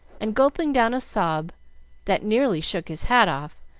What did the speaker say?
and gulping down a sob that nearly shook his hat off,